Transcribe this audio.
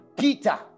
Peter